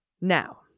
now